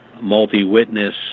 multi-witness